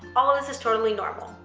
all of this is totally normal.